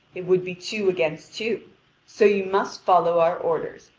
it would be two against two so you must follow our orders,